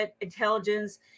intelligence